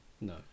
No